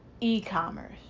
e-commerce